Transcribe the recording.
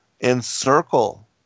encircle